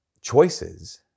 choices